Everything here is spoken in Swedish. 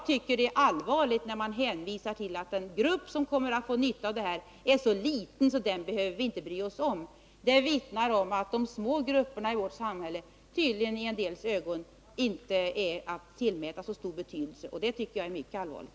Här hänvisar man till att den grupp som kommer att få nytta av förslaget är så liten att vi inte behöver bry oss om den. Det vittnar om att de små grupperna i vårt samhälle tydligen i någras ögon inte är att tillmäta så stor betydelse, och det tycker jag är mycket allvarligt.